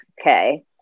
Okay